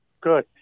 Good